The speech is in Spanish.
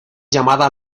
llamada